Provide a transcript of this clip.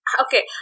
Okay